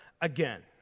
again